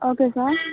okay sir